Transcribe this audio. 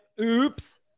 Oops